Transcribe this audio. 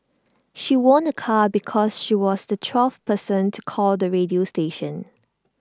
she won A car because she was the twelfth person to call the radio station